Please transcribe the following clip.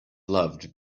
loved